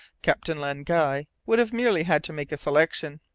captain len guy would have merely had to make a selection.